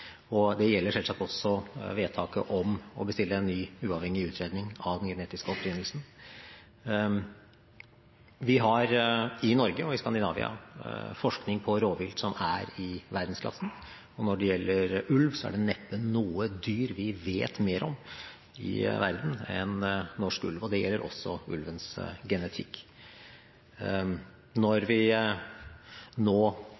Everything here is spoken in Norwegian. og det gjelder selvsagt også vedtaket om å bestille en ny, uavhengig utredning av den genetiske opprinnelsen. Vi har i Norge og i Skandinavia forskning på rovvilt som er i verdensklassen. Når det gjelder ulv, er det neppe noe dyr vi vet mer om i verden enn norsk ulv, og det gjelder også ulvens genetikk. Når vi nå